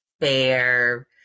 fair